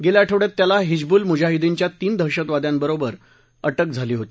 गेल्या आठवड्यात त्याला हिजबूल मुजाहिद्दीनच्या तीन दहशतवाद्यांबरोबर अ कि झाली होती